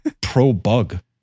pro-bug